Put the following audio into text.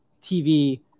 TV